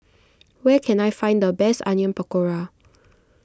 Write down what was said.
where can I find the best Onion Pakora